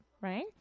right